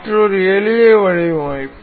மற்றொரு எளிய வடிவமைப்பு